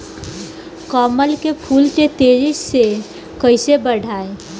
कमल के फूल के तेजी से कइसे बढ़ाई?